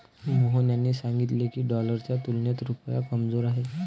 मोहन यांनी सांगितले की, डॉलरच्या तुलनेत रुपया कमजोर आहे